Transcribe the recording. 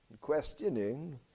questioning